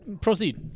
proceed